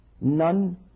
none